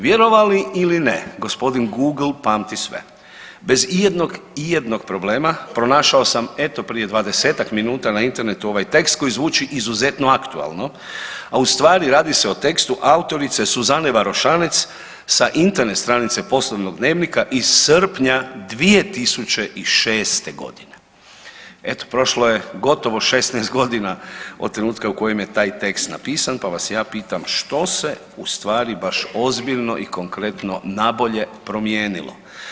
Vjerovali ili ne g. Google pamti sve, bez ijednog, ijednog problema pronašao sam eto prije 20-ak minuta na internetu ovaj tekst koji zvuči izuzetno aktualno, a ustvari radi se o tekstu autorice Suzane Varošanec sa Internet stranice Poslovnog dnevnika iz srpnja 2006.g., eto prošlo je gotovo 16 godina od trenutka u kojem je taj tekst napisan, pa vas ja pitam što se u stvari baš ozbiljno i konkretno nabolje promijenilo?